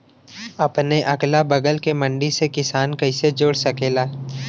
अपने अगला बगल के मंडी से किसान कइसे जुड़ सकेला?